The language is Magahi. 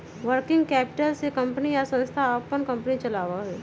वर्किंग कैपिटल से कंपनी या संस्था अपन कंपनी चलावा हई